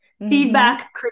feedback